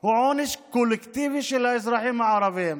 הוא עונש קולקטיבי לאזרחים הערבים.